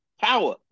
Power